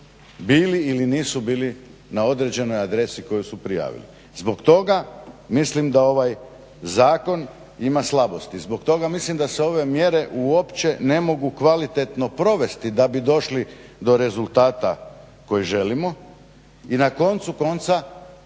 bili ili nisu bili na određenoj adresi koju su prijavili. Zbog toga mislim da ovaj zakon ima slabosti, zbog toga mislim da se ove mjere uopće ne mogu kvalitetno provesti da bi došli do rezultata koji želimo. I na koncu konca